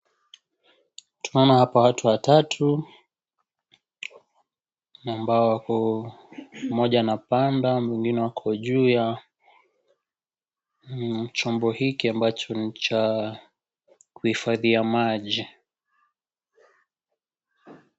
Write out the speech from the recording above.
Tunaona hapa watu watatu, ambao wako mmoja anapanda mwingine ako juu ya chombo hiki ambacho ni cha kuhifadhia maji.